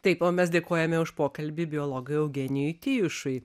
taip o mes dėkojame už pokalbį biologui eugenijui tijušui